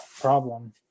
problem